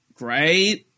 great